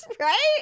Right